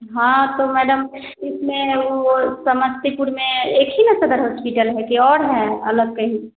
हाँ तो मैडम इसमें वो समस्तीपुर में एक ही ना सदर हॉस्पिटल है कि और हैं अलग कहीं